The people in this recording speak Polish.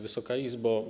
Wysoka Izbo!